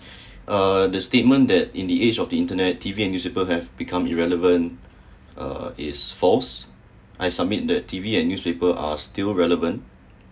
uh the statement that in the age of the internet T_V and newspaper that have become irrelevant uh is false I submit the T_V and newspaper are still relevant